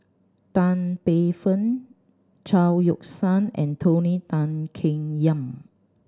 Tan Paey Fern Chao Yoke San and Tony Tan Keng Yam